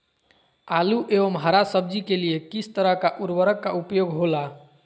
आलू एवं हरा सब्जी के लिए किस तरह का उर्वरक का उपयोग होला?